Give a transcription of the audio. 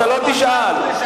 חבר הכנסת זחאלקה,